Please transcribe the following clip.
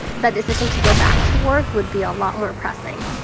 the decision to go back to work would be a lot more pressing.